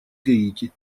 гаити